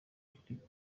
afurika